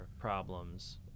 problems